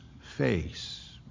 face